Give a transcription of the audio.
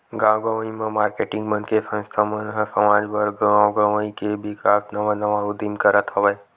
गाँव गंवई म मारकेटिंग मन के संस्था मन ह समाज बर, गाँव गवई के बिकास नवा नवा उदीम करत हवय